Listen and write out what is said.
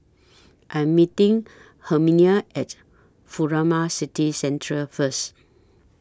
I'm meeting Herminia At Furama City Centre First